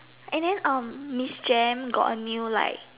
and then um Miss Jem got a new like